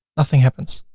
nothing happens.